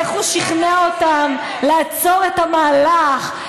איך הוא שכנע אותם לעצור את המהלך,